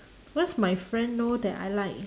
cause my friend know that I like